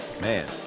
Man